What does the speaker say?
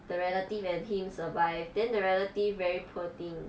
the relative and him survive then the relative very poor thing